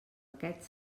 aquest